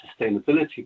sustainability